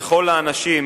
לכל האנשים